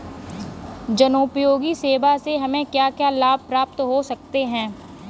जनोपयोगी सेवा से हमें क्या क्या लाभ प्राप्त हो सकते हैं?